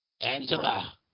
Angela